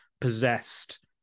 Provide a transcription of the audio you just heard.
possessed